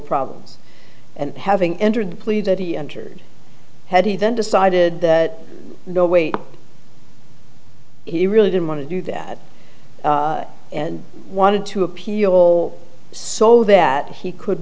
problems and having entered the plea that he entered had he then decided that no wait he really didn't want to do that and wanted to appeal so that he could